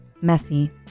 Messy